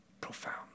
Profound